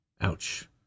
Ouch